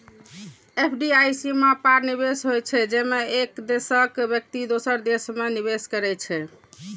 FDI सीमा पार निवेश होइ छै, जेमे एक देशक व्यक्ति दोसर देश मे निवेश करै छै